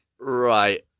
Right